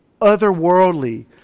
otherworldly